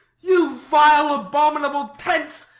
you vile abominable tents,